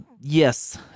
Yes